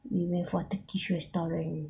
we went for turkish restaurant